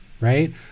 right